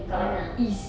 kat mana